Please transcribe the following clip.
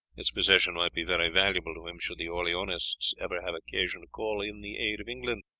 its possession might be very valuable to him should the orleanists ever have occasion to call in the aid of england,